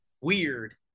weird